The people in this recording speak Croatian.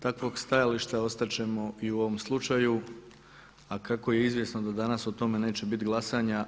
Takvog stajališta ostat ćemo i u ovom slučaju, a kako je izvjesno da o tome neće biti glasanja.